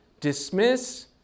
dismiss